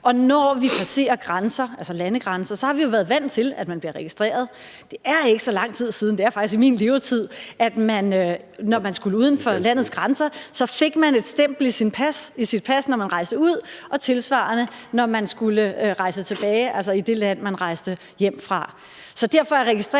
Og når vi passerer grænser, altså landegrænser, har vi jo været vant til, at man bliver registreret. Det er ikke så lang tid siden – det er faktisk i min levetid – at når man skulle uden for landets grænser, fik man et stempel i sit pas, når man rejste ud, og tilsvarende, når man skulle rejse tilbage, altså i det land, som man rejste hjem fra. Så derfor er registreringen